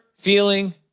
feeling